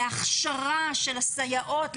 להכשרה של הסייעות,